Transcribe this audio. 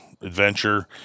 Adventure